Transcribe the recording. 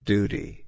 Duty